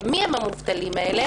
מי הם המובטלים האלה?